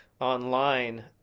online